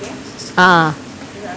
ah